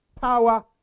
power